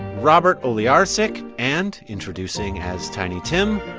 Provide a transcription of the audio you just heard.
robert olejarczyk and introducing as tiny tim,